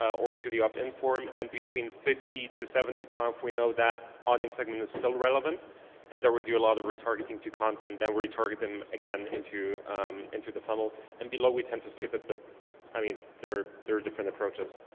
or to the opt-in form and between fifty to seventy five. we know that audience segment is still relevant and there we do a lot of retargeting to content, then retargeting again into into the funnel and below we tend to skip it but i mean, there are there different approaches.